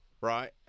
right